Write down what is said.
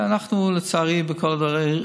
זה הדבר הכי מצטיין.